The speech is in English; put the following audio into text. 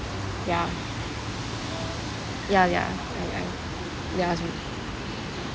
ya ya ya ya